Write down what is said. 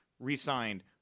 Resigned